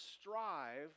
strive